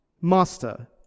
Master